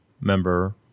member